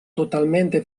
totalmente